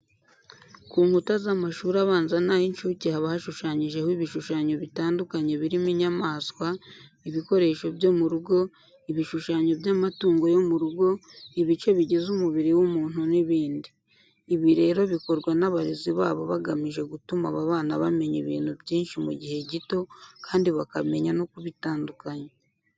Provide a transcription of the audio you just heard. Ku nkuta z'amashuri abanza n'ay'incuke haba hashushanyijeho ibishushanyo bitandukanye birimo inyamaswa, ibikoresho byo mu rugo, ibishushanyo by'amatungo yo mu rugo, ibice bigize umubiri w'umuntu n'ibindi. Ibi rero bikorwa n'abarezi babo bagamije gutuma aba bana bamenya ibintu byinshi mu gihe gito kandi bakamenya no kubitandukanya.